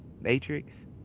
Matrix